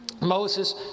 Moses